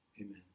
Amen